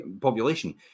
population